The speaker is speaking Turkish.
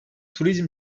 turizm